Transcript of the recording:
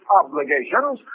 obligations